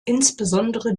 insbesondere